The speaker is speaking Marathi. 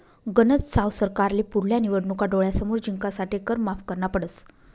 गनज साव सरकारले पुढल्या निवडणूका डोळ्यासमोर जिंकासाठे कर माफ करना पडस